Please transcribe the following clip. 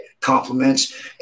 compliments